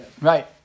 Right